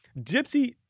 Gypsy